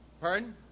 Pardon